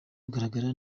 kugaragara